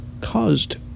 caused